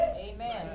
Amen